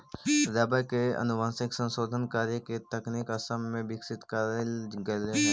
rubber के आनुवंशिक संशोधन करे के तकनीक असम में विकसित कैल गेले हई